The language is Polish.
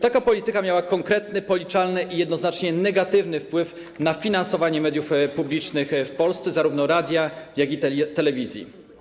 Taka polityka miała konkretny, policzalny i jednoznacznie negatywny wpływ na finansowanie mediów publicznych w Polsce, zarówno radia, jak i telewizji.